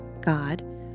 God